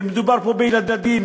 מדובר פה בילדים,